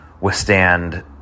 withstand